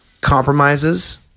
compromises